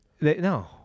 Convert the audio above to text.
No